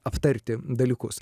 aptarti dalykus